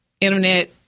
internet